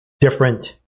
different